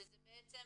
שזה בעצם